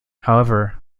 however